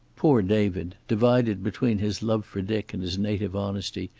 poor david, divided between his love for dick and his native honesty,